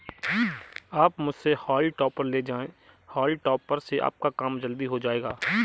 आप मुझसे हॉउल टॉपर ले जाएं हाउल टॉपर से आपका काम जल्दी हो जाएगा